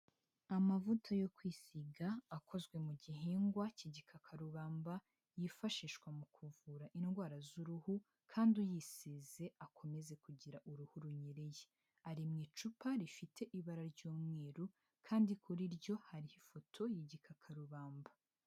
Amavuta yo kwisiga akozwe mu gihingwa cy'igikakarubamba, yifashishwa mu kuvura indwara z'uruhu kandi uyisize akomeze kugira uruhu runyereye. Ari mu icupa rifite ibara ry'umweru kandi kuri ryo hari ifoto y'igikakarubamba.